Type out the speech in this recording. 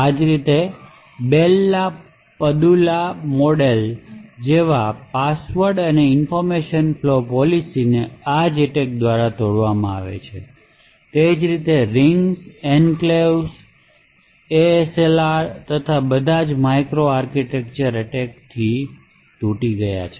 આ જ રીતે બેલ લા પદુલા મોડેલો જેવી પાસવર્ડ્સ અને ઇન્ફોર્મેશન ફલો પોલિસી આ જ એટેક દ્વારા તોડવામાં આવી છે તે જ રીતે રિંગ્સ એન્ક્લેવ્સ એએસએલઆર અને બધા માઇક્રો આર્કિટેક્ચરલ એટેક દ્વારા તૂટી ગયા છે